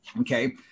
okay